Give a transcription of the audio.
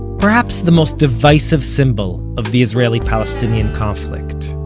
perhaps the most divisive symbol of the israeli-palestinian conflict.